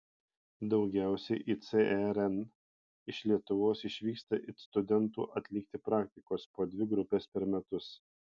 daugiausiai į cern iš lietuvos išvyksta it studentų atlikti praktikos po dvi grupes per metus